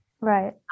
Right